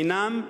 הינם,